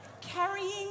Carrying